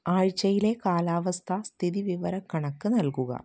ആഴ്ചയിലെ കാലാവസ്ഥ സ്ഥിതി വിവര കണക്ക് നൽകുക